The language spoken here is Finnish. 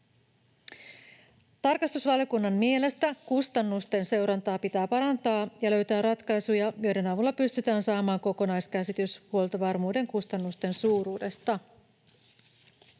Tarkastusvaliokunnan mielestä kustannusten seurantaa pitää parantaa ja löytää ratkaisuja, joiden avulla pystytään saamaan kokonaiskäsitys huoltovarmuuden kustannusten suuruudesta.